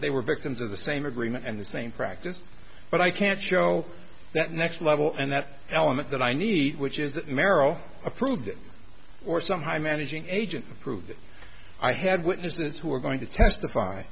they were victims of the same agreement and the same practice but i can't show that next level and that element that i need which is that merrill approved or somehow managing agent approved i had witnesses who are going to testify